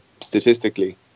statistically